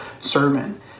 sermon